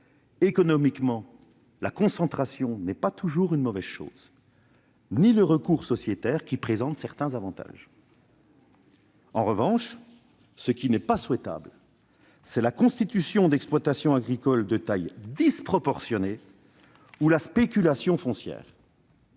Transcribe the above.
Économiquement, la concentration n'est pas toujours une mauvaise chose, et le recours à des formes sociétaires présente certains avantages. En revanche, ce qui n'est pas souhaitable, c'est la constitution d'exploitations agricoles de taille disproportionnée, ou encore la spéculation foncière.